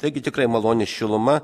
taigi tikrai malonia šiluma